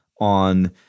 on